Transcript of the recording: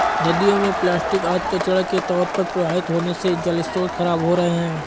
नदियों में प्लास्टिक आदि कचड़ा के तौर पर प्रवाहित होने से जलस्रोत खराब हो रहे हैं